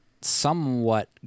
somewhat